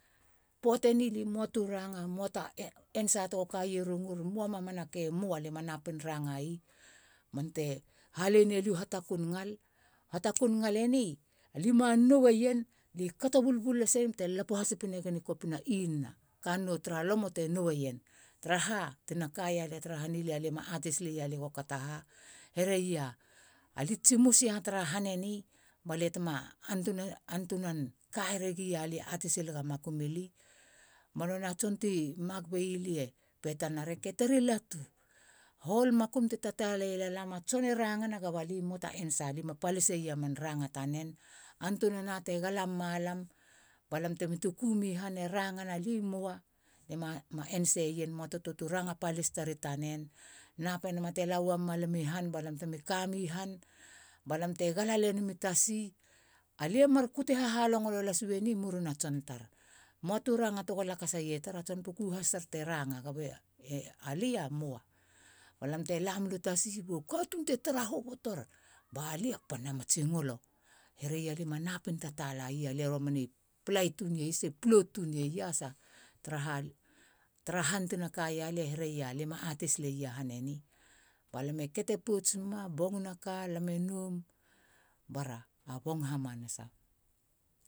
Pöate ni lia i moa tu ranga, moa ta ensa tego kaie rungur, mamanake moa, lia ma napin ranga ii. Ba nonei te halei nei lia u hatakun ngal. Hatakun ngal eni, lia ma noeien, lia kato bulbul laseien bate lapo hasipi negen i kopina inana. Kannou tara lomo te noeien. Taraha tina kaia lia tara han ili, lia ma atei silei aliego kato aha. Herei alia i tsimus ia tara han eni balia tema antunan antunan ka heregi alia e atei silega makum ili. Ba nonei a tson ti mak bei lia e pe talena. Ara e keter i latu, hol makum ti tataale iela lam a tson e rangana kaba lia u moa ta ensa. Lia ma palisei a man ranga tanen. Antunana te gala muma lam ba lam temi tuku mi han, e rangana kaba lia i moa, lia ma enseien, moa tu ranga palis tar i tanen nape nama te la uamuma lam i han ba lam temi ka mi han ba lam te gala lenim i tasi, alia i mar kute hahalongolo las uu eni murina tson tar. Moa tu ranga tego lakasa ie i tar, a tson tar puku has te ranga, kaba lia e moa. Ba lam te la mula i tasi ba u katuun te tara hobotor. Ba lia pannen a matsingolo, herei alia ma napin tataalai, alia romana e plai tun tsia plout tun iasa. Taraha tara han tina kaia lia e hereia lia ima atei silei a han eni. Ba lam e kete pouts muma a bongina ka lam e noum bara ba bong hamanasa